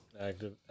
Active